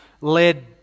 led